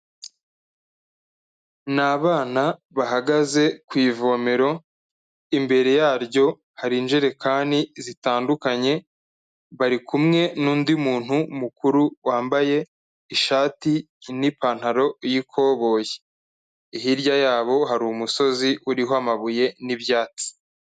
Ni abana bahagaze ku ivomero, imbere yaryo hari injerekani zitandukanye, bari kumwe n'undi muntu mukuru wambaye ishati n'ipantaro y'ikoboyi, hirya yabo hari umusozi uriho amabuye n'ibyatsi.